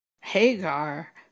Hagar